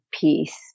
peace